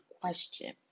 question